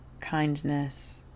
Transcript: kindness